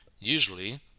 Usually